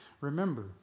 Remember